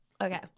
okay